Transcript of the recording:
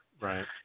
Right